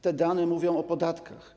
Te dane mówią o podatkach.